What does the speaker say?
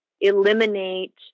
eliminate